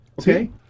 Okay